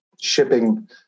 shipping